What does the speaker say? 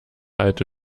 alte